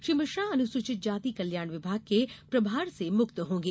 श्री मिश्रा अनुसूचित जाति कल्याण विभाग के प्रभार से मुक्त होंगे